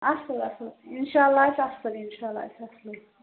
اَصٕل اَصٕل اِنشاء اللہ آسہِ اَصٕل اِنشاء اللہ آسہِ اَصٕلے